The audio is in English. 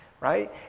right